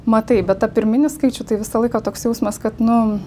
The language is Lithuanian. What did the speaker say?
matai bet tą pirminį skaičių tai visą laiką toks jausmas kad nu